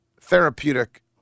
therapeutic